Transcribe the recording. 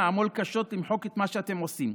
נעמול קשות למחוק את מה שאתם עושים.